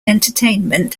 entertainment